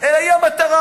אלא היא המטרה,